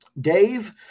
Dave